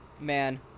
man